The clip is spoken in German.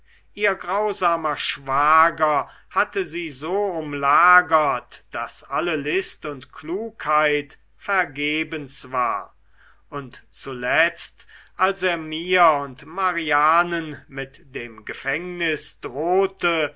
ihr grausamer schwager hatte sie so umlagert daß alle list und klugheit vergebens war und zuletzt als er mir und marianen mit dem gefängnis drohte